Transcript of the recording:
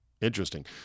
Interesting